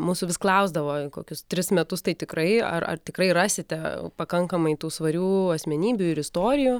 mūsų vis klausdavo kokius tris metus tai tikrai ar ar tikrai rasite pakankamai tų svarių asmenybių ir istorijų